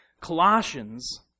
Colossians